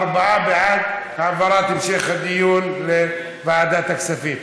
ארבעה בעד העברת המשך הדיון לוועדת הכספים.